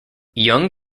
young